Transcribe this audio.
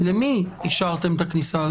למי אישרתם את הכניסה?